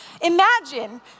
Imagine